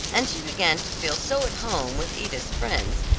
and she began to feel so at home with edith's friends,